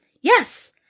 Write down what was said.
Yes